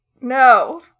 no